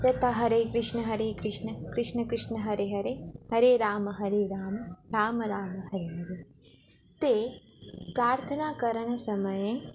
यथा हरे कृष्ण हरे कृष्ण कृष्ण कृष्ण हरे हरे हरे राम हरे राम राम राम हरे हरे ते प्रार्थनाकरण समये